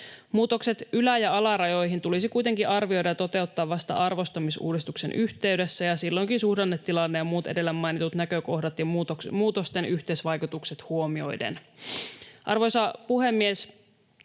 Muutokset ylä- ja alarajoihin tulisi kuitenkin arvioida ja toteuttaa vasta arvostamisuudistuksen yhteydessä ja silloinkin suhdannetilanne ja muut edellä mainitut näkökohdat ja muutosten yhteisvaikutukset huomioiden. Arvoisa puhemies!